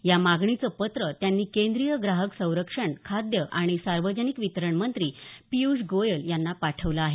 या मागणीचं पत्र त्यांनी केंद्रीय ग्राहक संरक्षण खाद्य आणि सार्वजनिक वितरण मंत्री पियूष गोयल यांना पाठवलं आहे